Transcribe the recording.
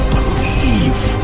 Believe